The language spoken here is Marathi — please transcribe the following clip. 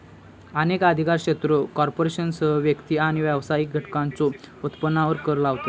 अनेक अधिकार क्षेत्रा कॉर्पोरेशनसह व्यक्ती आणि व्यावसायिक घटकांच्यो उत्पन्नावर कर लावतत